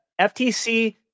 ftc